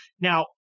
Now